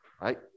right